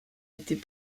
était